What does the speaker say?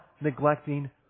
neglecting